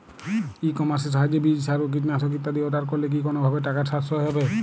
ই কমার্সের সাহায্যে বীজ সার ও কীটনাশক ইত্যাদি অর্ডার করলে কি কোনোভাবে টাকার সাশ্রয় হবে?